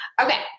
Okay